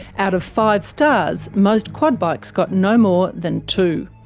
out of five stars, most quad bikes got no more than two.